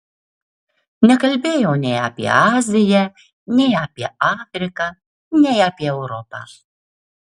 nekalbėjau nei apie aziją nei apie afriką nei apie europą